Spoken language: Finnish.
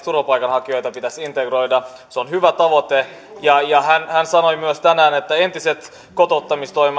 turvapaikanhakijoita pitäisi integroida se on hyvä tavoite ja hän sanoi myös tänään että entiset kotouttamistoimet